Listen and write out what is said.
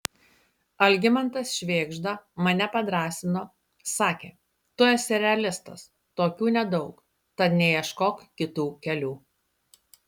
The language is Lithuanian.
algimantas švėgžda mane padrąsino sakė tu esi realistas tokių nedaug tad neieškok kitų kelių